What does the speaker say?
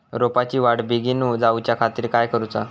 रोपाची वाढ बिगीन जाऊच्या खातीर काय करुचा?